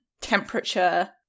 temperature